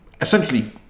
essentially